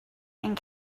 and